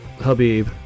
Habib